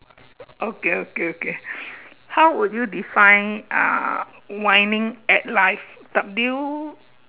okay okay okay how would you define uh winning at life W